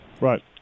Right